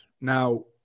now